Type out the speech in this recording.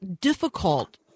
difficult